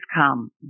come